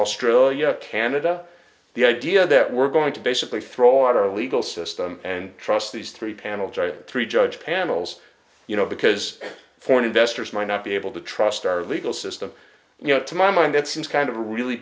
australia canada the idea that we're going to basically throw out our legal system and trust these three panels are three judge panel you know because foreign investors might not be able to trust our legal system you know to my mind it seems kind of a really